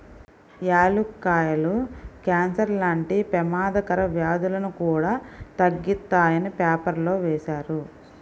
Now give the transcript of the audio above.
యాలుక్కాయాలు కాన్సర్ లాంటి పెమాదకర వ్యాధులను కూడా తగ్గిత్తాయని పేపర్లో వేశారు